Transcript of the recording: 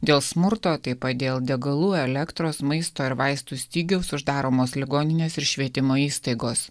dėl smurto taip pat dėl degalų elektros maisto ir vaistų stygiaus uždaromos ligoninės ir švietimo įstaigos